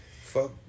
Fuck